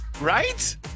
Right